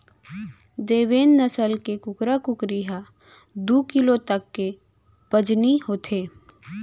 देवेन्द नसल के कुकरा कुकरी ह दू किलो तक के बजनी होथे